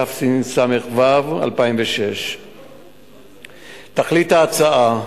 התשס"ו 2006. תכלית ההצעה,